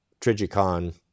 Trigicon